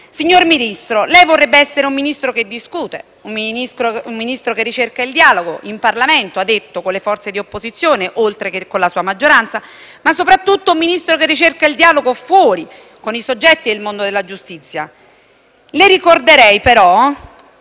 Signor Ministro, lei ha detto che vorrebbe essere un Ministro che discute e ricerca il dialogo in Parlamento con le forze di opposizione, oltre che con la sua maggioranza, ma soprattutto un Ministro che ricerca il dialogo fuori, con i soggetti e il mondo della giustizia. Le faccio presente, però,